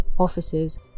offices